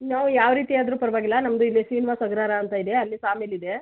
ನಾವು ಯಾವ ರೀತಿ ಆದರೂ ಪರವಾಗಿಲ್ಲ ನಮ್ಮದು ಇಲ್ಲಿ ಶ್ರೀನಿವಾಸ ಅಗ್ರಹಾರ ಅಂತ ಇದೆ ಅಲ್ಲಿ ಸಾಮಿಲ್ ಇದೆ